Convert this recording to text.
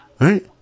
right